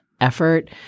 effort